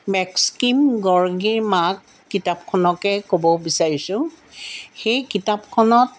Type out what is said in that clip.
মেক্সিম গৰ্গীৰ মাক কিতাপখনকে ক'ব বিচাৰিছোঁ সেই কিতাপখনত